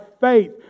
faith